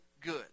good